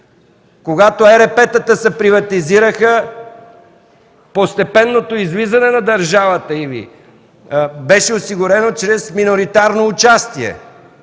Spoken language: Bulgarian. Когато ерепетата се приватизираха, постепенното излизане на държавата беше осигурено чрез миноритарно участие.